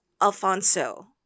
Alfonso